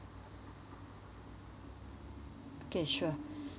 okay sure